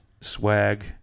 swag